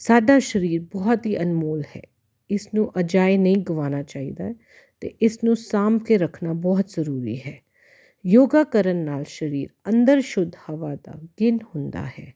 ਸਾਡਾ ਸਰੀਰ ਬਹੁਤ ਹੀ ਅਨਮੋਲ ਹੈ ਇਸਨੂੰ ਅਜਾਈਂ ਨਹੀਂ ਗਵਾਉਣਾ ਚਾਹੀਦਾ ਅਤੇ ਇਸ ਨੂੰ ਸਾਂਭ ਕੇ ਰੱਖਣਾ ਬਹੁਤ ਜ਼ਰੂਰੀ ਹੈ ਯੋਗਾ ਕਰਨ ਨਾਲ ਸਰੀਰ ਅੰਦਰ ਸ਼ੁੱਧ ਹਵਾ ਦਾ ਗਿਨ ਹੁੰਦਾ ਹੈ